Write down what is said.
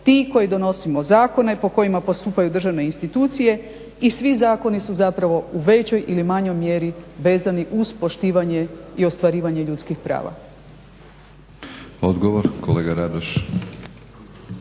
ti koji donosimo zakone po kojima postupaju državne institucije i svi zakoni su zapravo u većoj ili manjoj mjeri vezani uz poštivanje i ostvarivanje ljudskih prava. **Batinić, Milorad